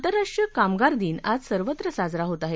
आंतरराष्ट्रीय कामगार दिन आज सर्वत्र साजरा होत आहे